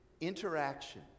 interaction